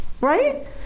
Right